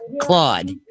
Claude